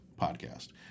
podcast